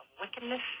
wickedness